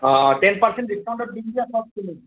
অঁ অঁ ten percent ডিচকাউন্টত দিম দিয়া চবখিনি